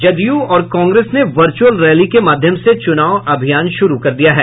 जदयू और कांग्रेस ने virtual rally के माध्यम से चुनाव अभियान शुरू कर दिया है